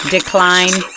Decline